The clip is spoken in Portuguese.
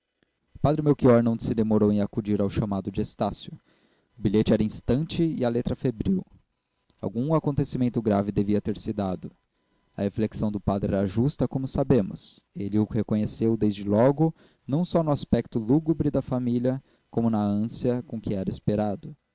padre melchior não se demorou em acudir ao chamado de estácio o bilhete era instante e a letra febril algum acontecimento grave devia ter-se dado a reflexão do padre era justa como sabemos ele o reconheceu desde logo não só no aspecto lúgubre da família como na ânsia com que era esperado